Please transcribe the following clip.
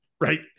right